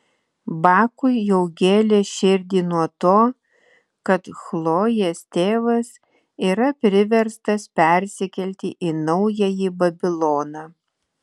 bakui jau gėlė širdį nuo to kad chlojės tėvas yra priverstas persikelti į naująjį babiloną